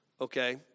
Okay